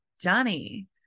johnny